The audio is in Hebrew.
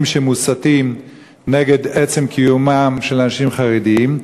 שמוסתים נגד עצם קיומם של אנשים חרדים?